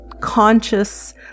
conscious